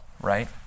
right